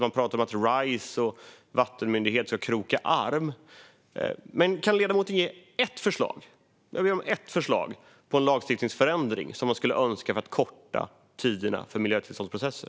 Man pratar om att Rise och vattenmyndigheterna ska kroka arm, men kan ledamoten ge ett enda förslag på en lagstiftningsförändring som han önskar se för att korta tiderna för miljötillståndsprocesser?